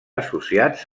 associats